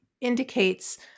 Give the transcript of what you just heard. indicates